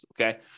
okay